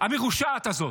המרושעת הזאת,